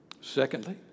Secondly